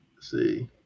See